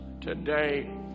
today